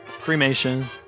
Cremation